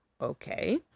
okay